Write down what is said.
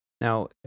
Now